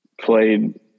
played